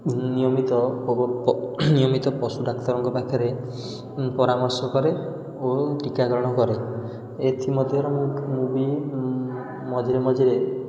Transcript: ନିୟମିତ କବ୍ ନିୟମିତ ପଶୁ ଡାକ୍ତରଙ୍କ ପାଖରେ ପରାମର୍ଶ କରେ ଓ ଟିକାକରଣ କରେ ଏଥିମଧ୍ୟରୁ ମୁଁ ବି ମଝିରେ ମଝିରେ